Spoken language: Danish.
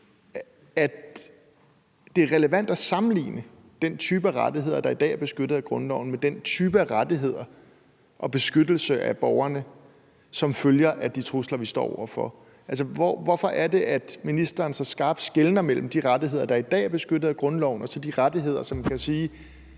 er relevant at sammenligne den type rettigheder, der i dag er beskyttet af grundloven, med den type rettigheder og beskyttelse af borgerne, som følger af de trusler, vi står over for? Altså, hvorfor er det, at ministeren så skarpt skelner mellem de rettigheder, der i dag er beskyttet af grundloven, og så beskyttelsen af de